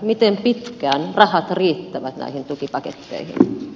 miten pitkään rahat riittävät näihin tukipaketteihin